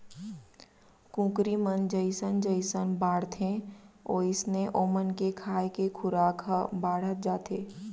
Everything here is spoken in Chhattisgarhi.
कुकरी मन जइसन जइसन बाढ़थें वोइसने ओमन के खाए के खुराक ह बाढ़त जाथे